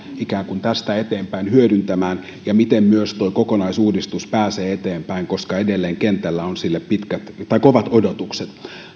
ikään kuin tästä eteenpäin hyödyntämään ja miten myös tuo kokonaisuudistus pääsee eteenpäin koska edelleen kentällä on sille kovat odotukset